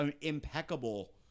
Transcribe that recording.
impeccable